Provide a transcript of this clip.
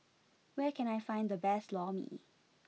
where can I find the best Lor Mee